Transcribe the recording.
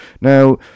Now